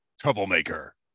troublemaker